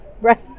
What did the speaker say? Right